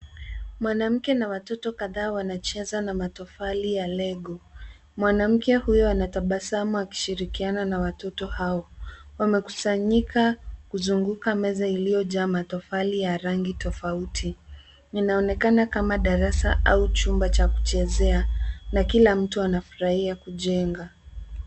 Mwanamke na watoto kadhaa wanacheza na matofali ya lego. Mwanamke huyo anatabasamu akishirikiana na watoto hao. Wamekusanyika kuzunguka meza iliyojaa matofali ya rangi tofauti. Inaonekana kama darasa au chumba cha kuchezea na kila mtu anafurahiya kujenga.